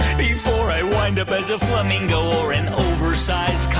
before i wind up as a flamingo or an oversized